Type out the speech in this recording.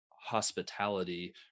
hospitality